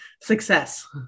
success